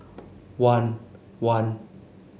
one one